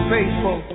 Faithful